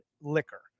liquor